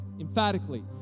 emphatically